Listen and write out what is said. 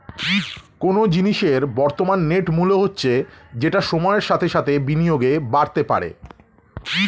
কোনো জিনিসের বর্তমান নেট মূল্য হচ্ছে যেটা সময়ের সাথে সাথে বিনিয়োগে বাড়তে পারে